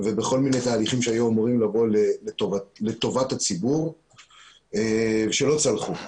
ובכל מיני תהליכים שהיו אמורים לבוא לטובת הציבור שלא צלחו.